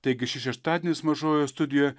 taigi šis šeštadienis mažojoje studijoje